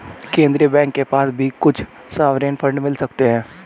केन्द्रीय बैंक के पास भी कुछ सॉवरेन फंड मिल सकते हैं